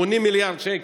מיליארד שקל,